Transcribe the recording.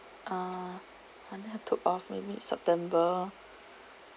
uh h~ I took off m~ mid september